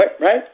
right